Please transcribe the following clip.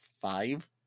five